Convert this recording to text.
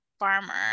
Farmer